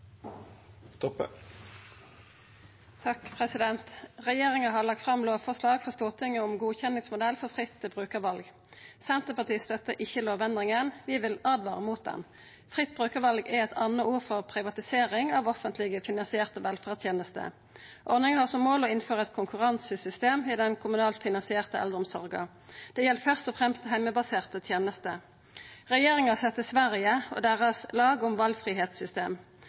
Regjeringa har lagt fram lovforslag for Stortinget om godkjenningsmodell for fritt brukarval. Senterpartiet støttar ikkje lovendringa, vi vil åtvara mot ho. Fritt brukarval er eit anna ord for privatisering av offentleg finansierte velferdstenester. Ordninga har som mål å innføra eit konkurransesystem i den kommunalt finansierte eldreomsorga. Det gjeld først og fremst heimebaserte tenester. Regjeringa ser til Sverige og deira «lag om